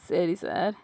சரி சார்